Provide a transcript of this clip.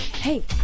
hey